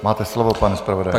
Máte slovo, pane zpravodaji.